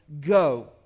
go